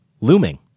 looming